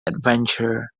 adventure